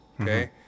Okay